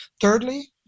thirdly